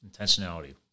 Intentionality